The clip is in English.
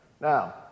Now